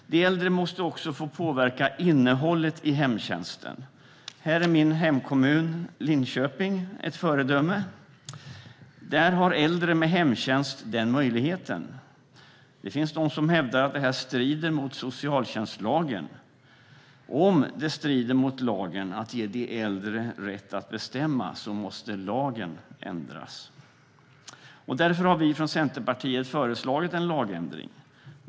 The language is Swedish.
De äldre måste också få påverka innehållet i hemtjänsten. Här är min hemkommun Linköping ett föredöme. Där har äldre med hemtjänst den möjligheten. Det finns de som hävdar att detta strider mot socialtjänstlagen. Men om det strider mot lagen att ge äldre rätt att bestämma måste lagen ändras. Därför har vi från Centerpartiet föreslagit en lagändring.